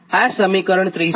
આ સમીકરણ 30 છે